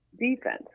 defense